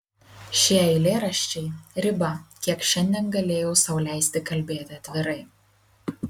šie eilėraščiai riba kiek šiandien galėjau sau leisti kalbėti atvirai